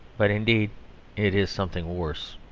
but indeed it is something worse.